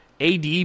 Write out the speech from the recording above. AD